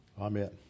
Amen